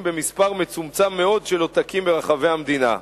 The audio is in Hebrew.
במספר מצומצם מאוד של עותקים ברחבי המדינה.